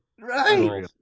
right